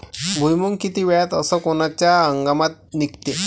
भुईमुंग किती वेळात अस कोनच्या हंगामात निगते?